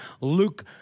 Luke